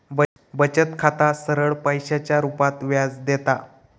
बचत खाता सरळ पैशाच्या रुपात व्याज देता